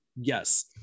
Yes